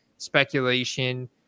speculation